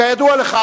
כידוע לך,